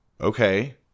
okay